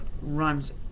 runs